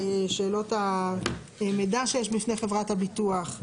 שאלות המידע שיש בפני חברת הביטוח.